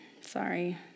Sorry